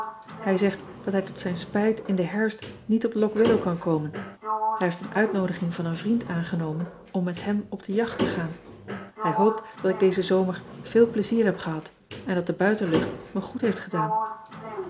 ij zegt dat hij tot zijn spijt in den herfst niet op ock illow kan komen ij heeft een uitnoodiging van een vriend aangenomen om met hem op de jacht te gaan ij hoopt dat ik dezen zomer veel plezier heb gehad en dat de buitenlucht me goed heeft gedaan